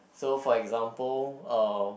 so for example uh